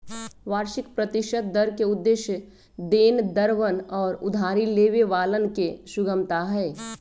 वार्षिक प्रतिशत दर के उद्देश्य देनदरवन और उधारी लेवे वालन के सुगमता हई